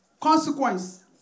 consequence